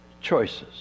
choices